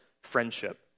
friendship